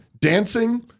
Dancing